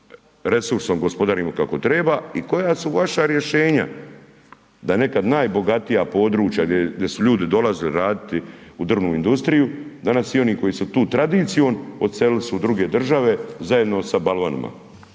resursom gospodarimo kako treba i koja su vaša rješenja da nekad najbogatija područja gdje su ljudi dolazili raditi u drvnu industriju, danas i oni koji su tu tradicijom, odselili su u druge države zajedno sa balvanima